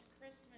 Christmas